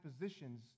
positions